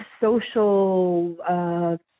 social